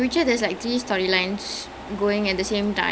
no he kill some monster at first like